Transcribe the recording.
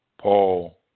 Paul